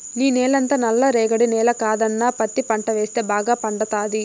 నీ నేలంతా నల్ల రేగడి నేల కదన్నా పత్తి పంట వేస్తే బాగా పండతాది